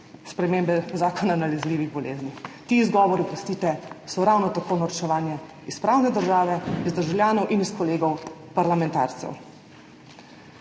spremembe Zakona o nalezljivih boleznih. Ti izgovori, oprostite, so ravno tako norčevanje iz pravne države, iz državljanov in iz kolegov parlamentarcev.